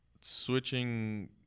Switching